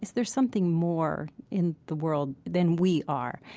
is there something more in the world than we are?